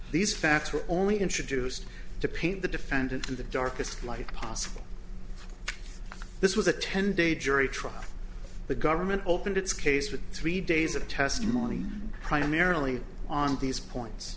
were only introduced to paint the defendant in the darkest light possible this was a ten day jury trial the government opened its case with three days of testimony primarily on these points